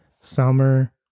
Summer